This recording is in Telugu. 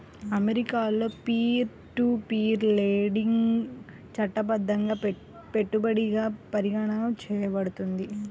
అమెరికాలో పీర్ టు పీర్ లెండింగ్ చట్టబద్ధంగా పెట్టుబడిగా పరిగణించబడుతుంది